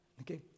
Okay